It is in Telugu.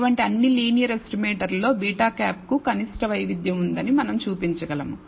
అటువంటి అన్ని లీనియర్ ఎస్టిమేటర్ల లో β̂ కు కనిష్ట వైవిధ్యం ఉందని మనం చూపించగలము